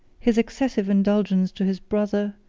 his excessive indulgence to his brother,